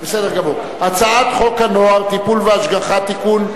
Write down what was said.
אני קובע שהצעת חוק הנוער (טיפול והשגחה) (תיקון,